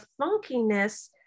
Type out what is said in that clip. funkiness